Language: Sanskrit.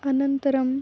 अनन्तरम्